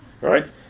right